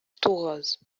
тугыз